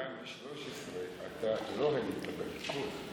ב-2013 אתה לא היית בליכוד.